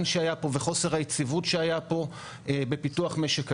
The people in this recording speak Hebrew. שהיה פה וחוסר היציבות שהיה פה בפיתוח משק הגז.